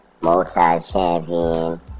multi-champion